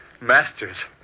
Masters